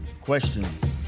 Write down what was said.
questions